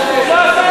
לי,